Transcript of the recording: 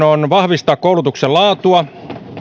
on vahvistaa koulutuksen laatua